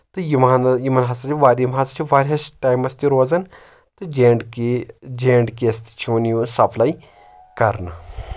تہٕ یِمن ہسا یِمَن چھِ واریاہ یِم ہسا چھِ واریاہَس ٹایمس تہِ روزان تہٕ J and K J and K یس تہِ چھِ یِوان یِوان سَپلاے کرنہٕ